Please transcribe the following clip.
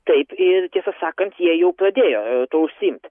taip ir tiesą sakant jie jau pradėjo tuo užsiimt